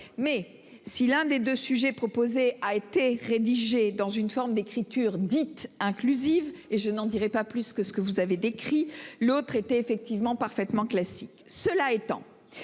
mais si l'un des deux sujets proposé a été rédigé dans une forme d'écriture dite inclusive et je n'en dirai pas plus que ce que vous avez décrit l'autre était effectivement parfaitement classique. Cela étant,